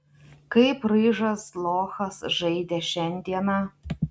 kaip ryžas lochas žaidė šiandieną